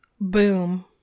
Boom